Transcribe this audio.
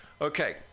okay